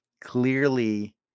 clearly